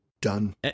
Done